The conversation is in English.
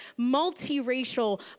multiracial